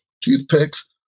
toothpicks